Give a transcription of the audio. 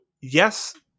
yes